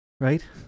right